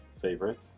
favorite